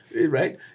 right